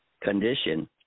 condition